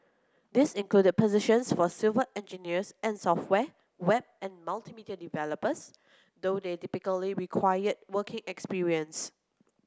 these included positions for civil engineers and software web and multimedia developers though they typically required working experience